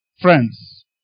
friends